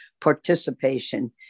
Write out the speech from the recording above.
participation